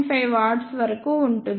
5 W వరకు ఉంటుంది